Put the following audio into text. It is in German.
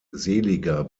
seliger